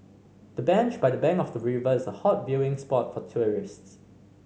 the bench by the bank of the river is a hot viewing spot for tourists